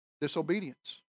Disobedience